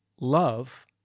love